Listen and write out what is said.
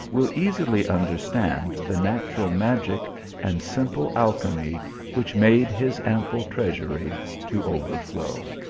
will easily understand the natural magic and simple alchymy which made his ample treasury to overflow.